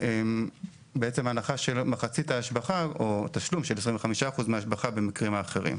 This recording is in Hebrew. ובעצם ההנחה שמחצית ההשבחה או תשלום של 25% מההשבחה במקרים האחרים.